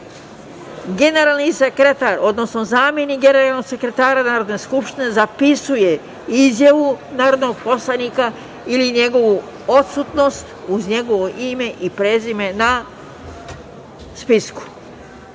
glasa. Generalni sekretar, odnosno zamenik generalnog sekretara Narodne skupštine zapisuje izjavu narodnog poslanika ili njegovu odsutnost, uz njegovo ime i prezime na spisku. Pre